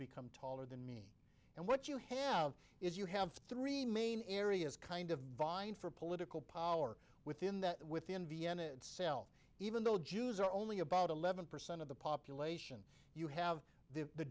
become taller than me and what you have is you have three main areas kind of vying for political power within that within vienna itself even though jews are only about eleven percent of the population you have the